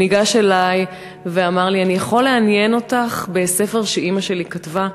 שניגש אלי ואמר לי: אני יכול לעניין אותך בספר שאימא שלי כתבה?